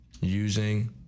using